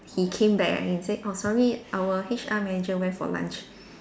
he came back and he said oh sorry our H_R manager went for lunch